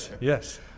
yes